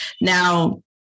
Now